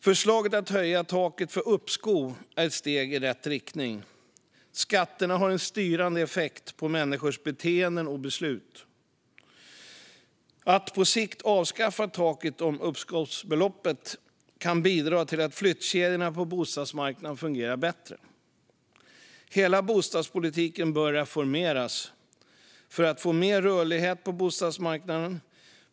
Förslaget att höja taket för uppskov är ett steg i rätt riktning. Skatter har en styrande effekt på människors beteenden och beslut. Att på sikt avskaffa taket för uppskovsbeloppet kan bidra till att flyttkedjorna på bostadsmarknaden börjar fungera bättre. Hela bostadspolitiken bör reformeras för att vi ska få mer rörlighet på bostadsmarknaden.